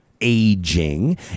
aging